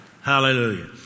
Hallelujah